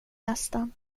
nästan